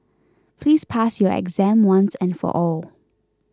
please pass your exam once and for all